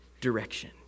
direction